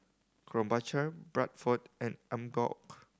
Krombacher Bradford and Emborg